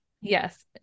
yes